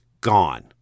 gone